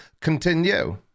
continue